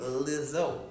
Lizzo